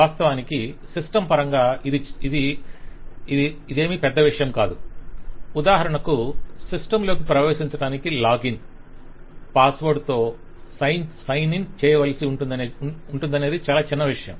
వాస్తవానికి సిస్టమ్ పరంగా ఇది చాలా విషయం కాదు - ఉదాహరణకు సిస్టమ్లోకి ప్రవేశించడానికి లాగిన్ పాస్వర్డ్ తో సైన్ ఇన్ చేయవలసి ఉంటుందనేది చాలా చిన్నవిషయం